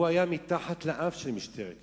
הוא היה מתחת לאף של משטרת ישראל.